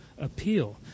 appeal